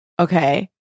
Okay